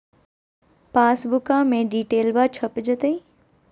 पासबुका में डिटेल्बा छप जयते?